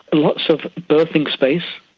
lots of berthing space.